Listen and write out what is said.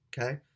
okay